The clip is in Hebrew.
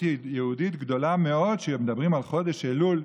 יהודית גדולה מאוד שמדברים על חודש אלול,